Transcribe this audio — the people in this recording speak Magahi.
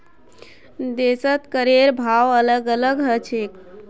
देशत करेर भाव अलग अलग ह छेक